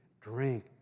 drink